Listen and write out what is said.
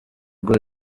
rwo